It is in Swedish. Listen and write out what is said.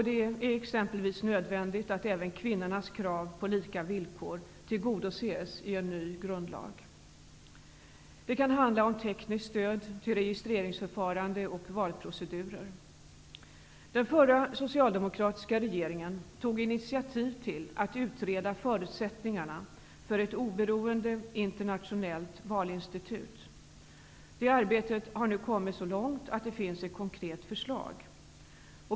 Det är också nödvändigt att kvinnornas krav på lika villkor tillgodoses i en ny grundlag. Det kan handla om tekniskt stöd till registreringsförfarande och valprocedurer. Den förra socialdemokratiska regeringen tog initiativ till att utreda förutsättningarna för ett oberoende, internationellt valinstitut. Det arbetet har nu kommit så långt att det finns ett konkret förslag.